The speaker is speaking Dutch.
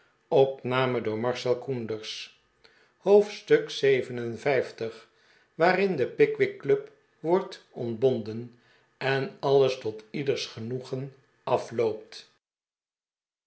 hoofdstuk lvii waarin de pickwick club wordt ontbonden en alles tot ieders genoegen afloopt